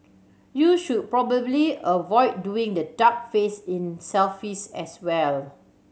you should probably avoid doing the duck face in selfies as well